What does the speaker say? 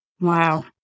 Wow